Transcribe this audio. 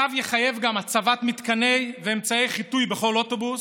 התו יחייב גם הצבת מתקנים ואמצעי חיטוי בכל אוטובוס.